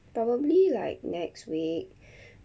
probably like next week